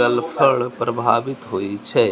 गलफड़ प्रभावित होइ छै